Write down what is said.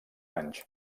anys